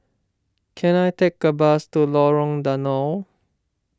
can I take a bus to Lorong Danau